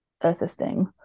assisting